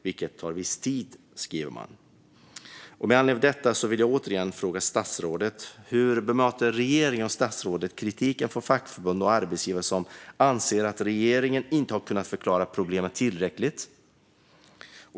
Detta tar viss tid, skriver man. Med anledning av detta vill jag återigen fråga statsrådet: Hur bemöter regeringen och statsrådet kritiken från fackförbund och arbetsgivare som anser att regeringen inte har kunnat förklara problemet tillräckligt?